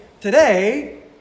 today